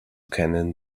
keinen